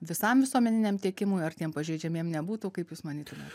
visam visuomeniniam tiekimui ar tiem pažeidžiamiem nebūtų kaip jūs manytumėt